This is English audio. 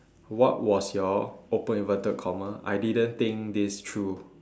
what was your open inverted comma I didn't think this through